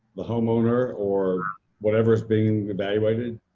the homeowner or whatever is being evaluated?